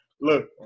look